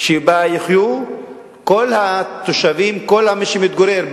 הרי לכאורה תוצאה שמתקבלת במשא-ומתן היא בדרך כלל התוצאה הטובה ביותר,